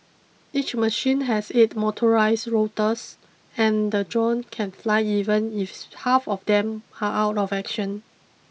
each machine has eight motorised rotors and the drone can fly even if half of them are out of action